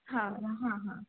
ಹೌದಾ ಹಾಂ ಹಾಂ